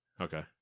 Okay